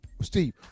Steve